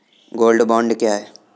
Gold bond क्या है?